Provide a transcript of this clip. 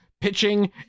pitching